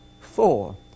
Four